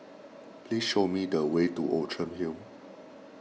please show me the way to Outram Hill